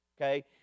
okay